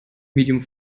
medium